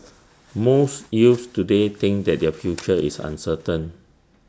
most youths today think that their future is uncertain